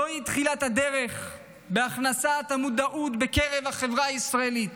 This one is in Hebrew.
זאת תחילת הדרך בהכנסת המודעות בקרב החברה הישראלית